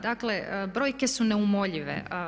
Dakle, brojke su neumoljive.